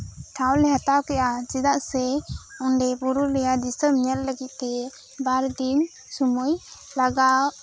ᱴᱷᱟᱶ ᱞᱮ ᱦᱟᱛᱟᱣ ᱠᱮᱫᱟ ᱪᱮᱫᱟᱜ ᱥᱮ ᱚᱸᱰᱮ ᱯᱩᱨᱩᱞᱤᱭᱟᱹ ᱫᱤᱥᱚᱢ ᱧᱮᱞ ᱞᱟᱹᱜᱤᱫ ᱛᱮ ᱵᱟᱨ ᱫᱤᱱ ᱥᱚᱢᱚᱭ ᱞᱟᱜᱟᱜ